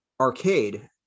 arcade